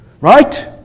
right